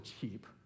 cheap